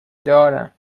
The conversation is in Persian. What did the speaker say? دارم